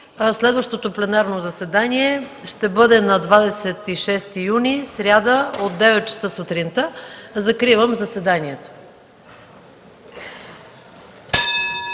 Следващото пленарно заседание ще бъде на 26 юни, сряда, от 9,00 часа. Закривам заседанието.